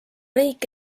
riik